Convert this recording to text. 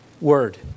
word